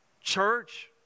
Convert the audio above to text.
Church